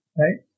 right